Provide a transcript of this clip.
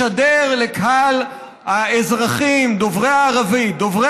לשדר לקהל האזרחים דוברי הערבית ודוברי